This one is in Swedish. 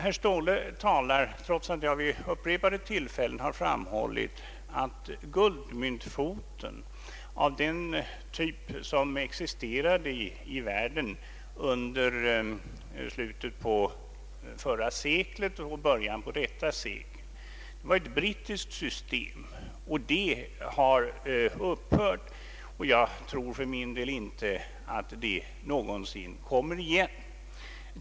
Herr Ståhle talar om guldmyntfoten trots att jag vid upprepade tillfällen har framhållit att guldmyntfoten av den typ som existerade i världen under slutet av förra seklet och början av detta var ett brittiskt system. Det har upphört, och jag tror för min del inte att det någonsin kommer igen.